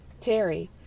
Terry